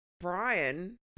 Brian